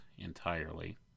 entirely